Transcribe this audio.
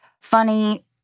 funny